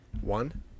One